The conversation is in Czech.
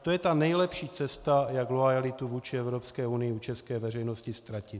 To je ta nejlepší cesta, jak loajalitu vůči Evropské unii u české veřejnosti ztratit.